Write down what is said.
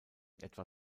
etwa